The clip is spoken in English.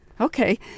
Okay